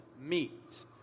meet